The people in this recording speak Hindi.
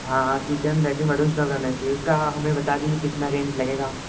हाँ हाँ किचन लैट्रिन बाथरूम सब रहना चाहिए उसका हमें बता दीजिए कितना रेंट लगेगा